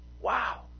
wow